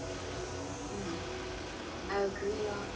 hmm I agree